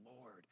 Lord